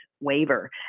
waiver